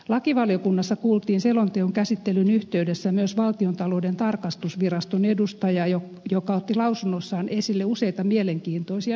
lakivaliokunnassa kuultiin selonteon käsittelyn yhteydessä myös valtiontalouden tarkastusviraston edustajaa joka otti lausunnossaan esille useita mielenkiintoisia näkökulmia